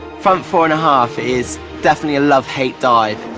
front four-and-a-half is definitely a love-hate dive.